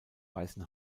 weißen